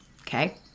Okay